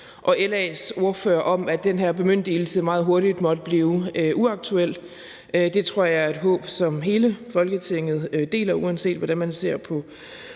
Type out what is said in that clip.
og LA's ordfører, om, at den her bemyndigelse meget hurtigt måtte blive uaktuel. Det tror jeg er et håb, som hele Folketinget deler, uanset hvordan man ser på